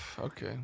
Okay